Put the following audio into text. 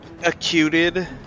acuted